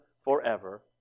forever